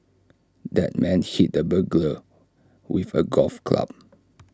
the man hit the burglar with A golf club